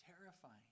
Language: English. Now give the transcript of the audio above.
terrifying